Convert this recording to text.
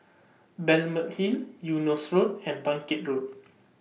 Balmeg Hill Eunos Road and Bangkit Road